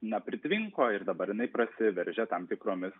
nepritvinko ir dabar jinai prasiveržė tam tikromis